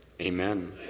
Amen